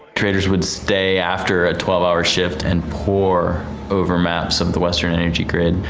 traders would stay after a twelve hour shift and pour over maps of the western energy grid.